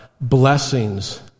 blessings